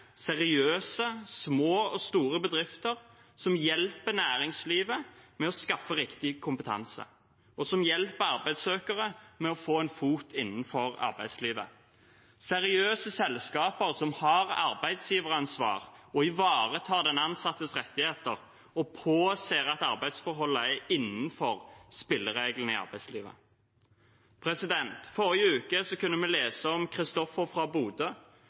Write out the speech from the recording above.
seriøse små og store bedrifter som hjelper næringslivet med å skaffe riktig kompetanse, og som hjelper arbeidssøkere med å få en fot innenfor arbeidslivet, seriøse selskaper som har arbeidsgiveransvar og ivaretar den ansattes rettigheter, og påser at arbeidsforholdene er innenfor spillereglene i arbeidslivet. I forrige uke kunne vi lese om Christoffer fra Bodø